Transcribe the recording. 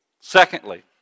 Secondly